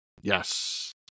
Yes